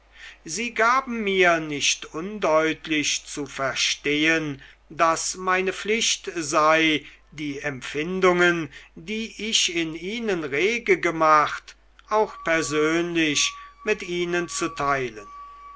sie gaben mir nicht undeutlich zu verstehen daß meine pflicht sei die empfindungen die ich in ihnen rege gemacht auch persönlich mit ihnen zu teilen